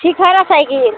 ठीक है न साइकिल